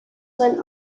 sein